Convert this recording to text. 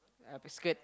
a biscuit